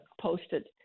posted